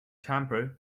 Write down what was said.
temper